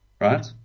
right